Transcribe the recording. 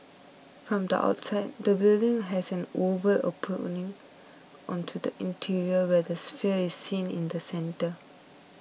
from the outside the building has an oval opening onto the interior where the sphere is seen in the centre